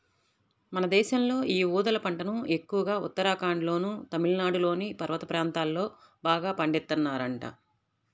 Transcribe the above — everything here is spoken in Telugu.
మన దేశంలో యీ ఊదల పంటను ఎక్కువగా ఉత్తరాఖండ్లోనూ, తమిళనాడులోని పర్వత ప్రాంతాల్లో బాగా పండిత్తన్నారంట